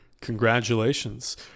congratulations